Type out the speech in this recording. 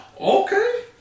Okay